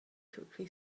quickly